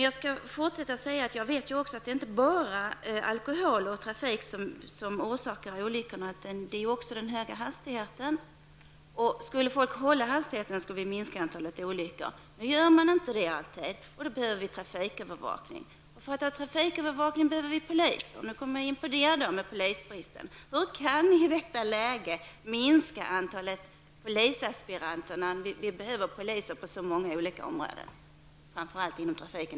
Jag vet ju också att det inte bara är alkohol i trafiken som är orsak till alla olyckor, utan det är också den höga hastigheten. Skulle folk hålla hastigheten, skulle antalet olyckor minska. Nu gör man inte det och därför behövs trafikövervakning. För att kunna ha trafikövervakning behövs det poliser -- nu kommer jag in på detta med polisbristen. Hur kan ni i detta läge minska antalet polisasspiranter, när det behövs poliser på så många olika områden, framför allt även inom trafiken?